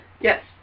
Yes